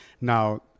Now